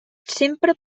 sempre